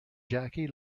jackie